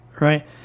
right